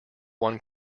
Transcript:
one